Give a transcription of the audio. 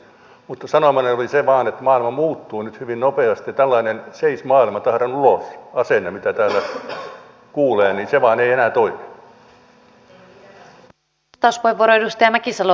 mutta sanomani oli vain se että maailma muuttuu nyt hyvin nopeasti ja tällainen seis maailma tahdon ulos asenne mitä täällä kuulee ei vain enää toimi